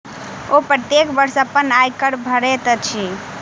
ओ प्रत्येक वर्ष अपन आय कर भरैत छथि